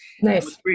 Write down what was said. Nice